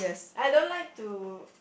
I don't like to